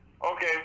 Okay